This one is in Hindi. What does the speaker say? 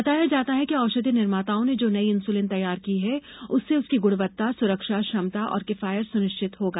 बताया जाता है कि औषधि निर्माताओं ने जो नयी इन्सुलिन तैयार की है उससे उसकी ग्णवत्ता सुरक्षा क्षमता और किफायत सुनिश्चित होगी